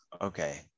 Okay